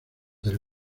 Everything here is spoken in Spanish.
del